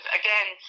again